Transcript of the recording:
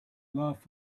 laugh